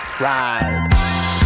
ride